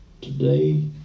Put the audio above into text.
today